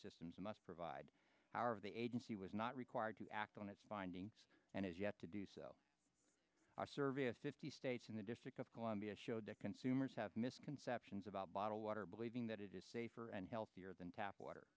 systems must provide power the agency was not required to act on its findings and has yet to do so a survey of fifty states in the district of columbia showed to consumers have misconceptions about bottled water believing that it is safer and healthier than tap water